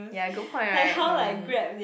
ya good point right mm